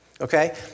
Okay